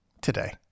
today